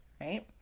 right